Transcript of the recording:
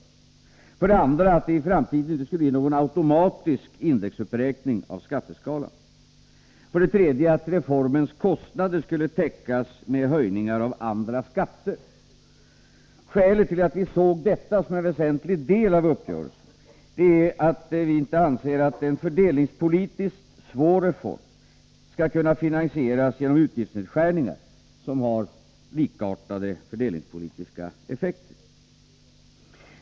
Den andra förutsättningen var att det i framtiden inte skulle bli någon automatisk indexuppräkning av skatteskalan. Det tredje elementet var att reformens kostnader skulle täckas med höjningar av andra skatter. Skälet till att vi såg detta som en väsentlig del av uppgörelsen var att vi inte anser att en fördelningspolitiskt svår reform skall kunna finansieras genom utgiftsnedskärningar, som har likartade fördelningspolitiska effekter.